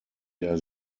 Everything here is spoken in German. der